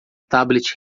tablet